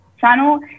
channel